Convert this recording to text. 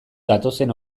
datozen